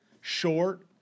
short